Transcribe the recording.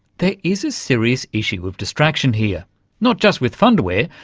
there is a serious issue of distraction here not just with fundawear,